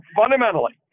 fundamentally